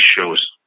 shows